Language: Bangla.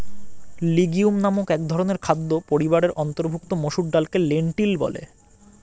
লিগিউম নামক একধরনের খাদ্য পরিবারের অন্তর্ভুক্ত মসুর ডালকে লেন্টিল বলে